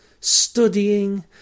studying